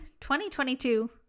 2022